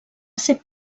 ser